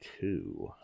two